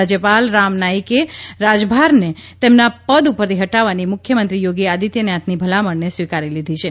રાજયપાલ રામ નાઇકે રાજભારને તેમના પદ ઉપરથી હટાવવાની મુખ્યમંત્રી યોગી આદિત્યનાથની ભલામણને સ્વીકારી લીધી છે